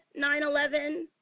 9-11